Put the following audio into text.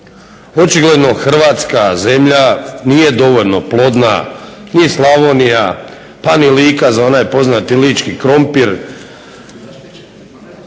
Očigledno hrvatska zemlja nije dovoljno plodna, ni Slavonija, pa ni Lika za onaj poznati lički krompir